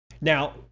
Now